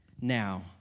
Now